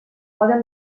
poden